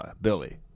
Billy